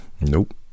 nope